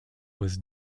was